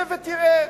שב ותראה,